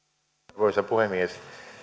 arvoisa puhemies